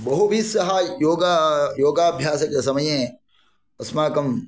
बहुभिः सह योगाभ्यास समये अस्माकं